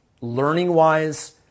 learning-wise